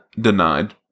denied